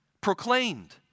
proclaimed